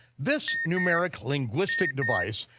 this numeric linguistic device,